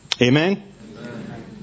Amen